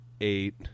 eight